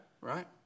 Right